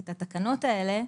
את התקנות האלה,